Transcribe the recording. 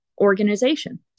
organization